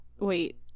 Wait